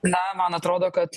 na man atrodo kad